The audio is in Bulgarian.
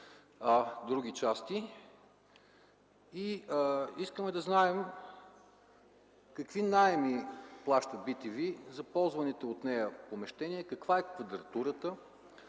други части, и искаме да знаем какви наеми плаща bTV за ползваните от нея помещения, каква е квадратурата,